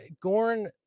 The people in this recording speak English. gorn